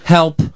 Help